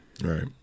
Right